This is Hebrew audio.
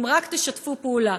אם רק תשתפו פעולה.